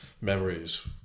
memories